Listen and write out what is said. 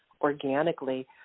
organically